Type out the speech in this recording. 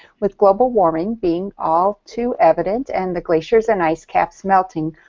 with global warming being all too evident, and the glaciers and ice caps melting,